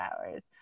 hours